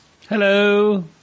Hello